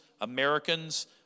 Americans